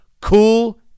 cool